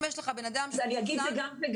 אם יש לך בן אדם מחוסן --- זה גם וגם.